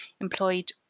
employed